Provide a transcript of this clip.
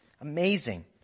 Amazing